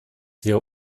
wir